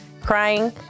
Crying